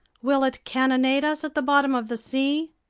will it cannonade us at the bottom of the sea?